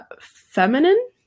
feminine